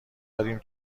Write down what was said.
داریم